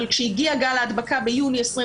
אבל כשהגיע גל ההדבקה ביוני 2021,